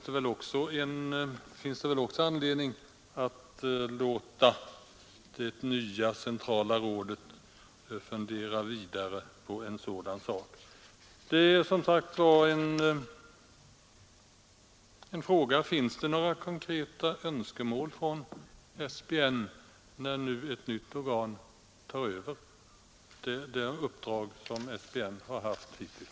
Det finns också anledning att låta det nya centrala rådet fundera vidare på den saken. Jag ställer som sagt en fråga: Finns det några konkreta önskemål från SBN när nu ett nytt organ tar över det uppdrag som SBN har haft hittills?